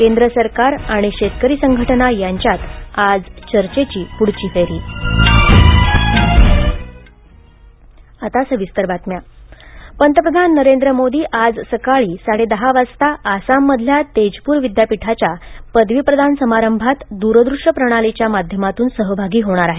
केंद्र सरकार आणि शेतकरी संघटना यांच्यात आज चर्चेची पुढची फेरी मोदी तेजपर पंतप्रधान नरेंद्र मोदी आज सकाळी साडे दहा वाजता आसाममधील तेजपूर विद्यापीठाच्या पदवीप्रदान समारंभात दूर दृश्य प्रणालीच्या माध्यमातून सहभागी होणार आहेत